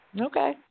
Okay